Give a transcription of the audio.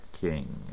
king